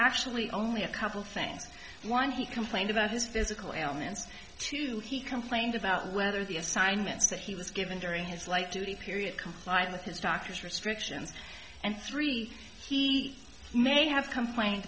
actually only a couple things one he complained about his physical ailments to he complained about whether the assignments that he was given during his light duty period complied with his doctor's restrictions and three he may have complained